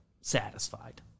satisfied